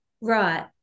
right